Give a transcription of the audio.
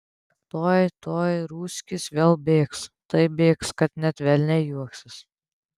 tuoj tuoj ruskis vėl bėgs taip bėgs kad net velniai juoksis